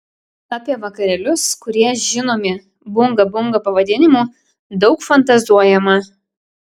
apie vakarėlius kurie žinomi bunga bunga pavadinimu daug fantazuojama